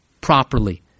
properly